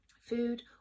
Food